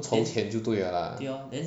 不愁钱就对了啦